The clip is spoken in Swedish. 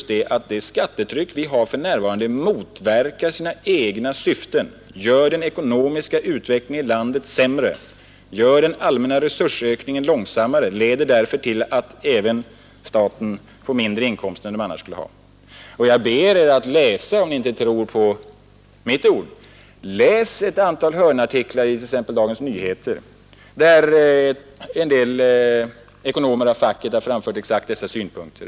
Det skattetryck vi har nu motverkar nämligen sina egna syften och försämrar den ekonomiska utvecklingen i vårt land, saktar ned den allmänna resursökningen och leder till att även staten får mindre inkomster än den annars skulle ha haft. Om ni inte tror mig på mitt ord, ber jag er att läsa t.ex. ett antal hörnartiklar i Dagens Nyheter, där en del ekonomer av facket har framfört dessa synpunkter.